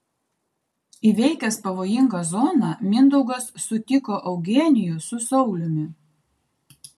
įveikęs pavojingą zoną mindaugas sutiko eugenijų su sauliumi